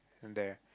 and there